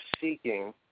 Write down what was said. seeking